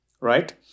right